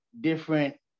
different